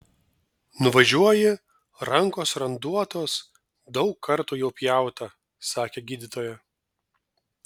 nuvažiuoji rankos randuotos daug kartų jau pjauta sakė gydytoja